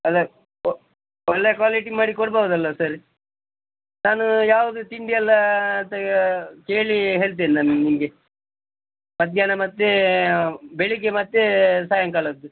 ಒಳ್ಳೆಯ ಕ್ವಾಲಿಟಿ ಮಾಡಿ ಕೊಡ್ಬೋದಲ್ಲ ಸರ್ ನಾನು ಯಾವ್ದು ತಿಂಡಿಯೆಲ್ಲಾ ಅಂತ ಯಾ ಕೇಳಿ ಹೇಳ್ತೇನೆ ನಾನು ನಿಮಗೆ ಮಧ್ಯಾಹ್ನ ಮತ್ತು ಬೆಳಗ್ಗೆ ಮತ್ತು ಸಾಯಂಕಾಲದ್ದು